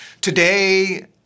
today